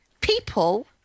People